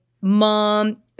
Mom